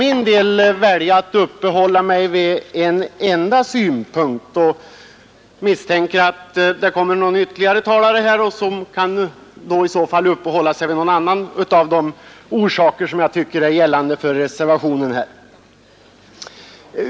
Jag väljer att ta upp en enda synpunkt, och jag misstänker att någon annan talare kommer att uppehålla sig vid andra orsaker som är väsentliga för reservationskravet.